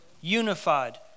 unified